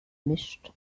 mischt